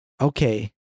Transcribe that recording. okay